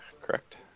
correct